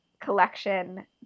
collection